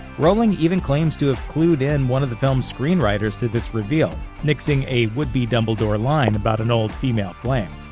rowling even claims to have clued in one of the films' screenwriters to this reveal, nixing a would-be dumbledore line about an old female flame.